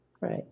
Right